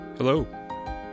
Hello